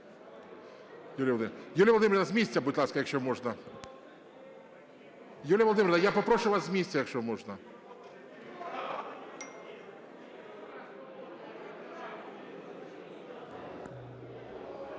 Юлія Володимирівна, я попрошу вас з місця, якщо можна.